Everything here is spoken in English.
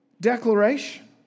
declaration